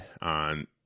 on